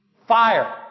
Fire